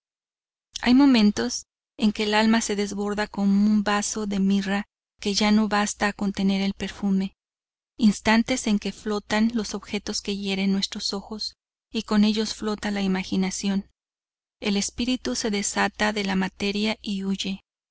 hay momentos en que el alma se desborda como un baso de mirra que ya no basta a contener el perfume instantes en que flotan los objetos que hieren nuestros ojos y con ellos flota la imaginación el espíritu se desata de la materia y huye